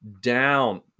down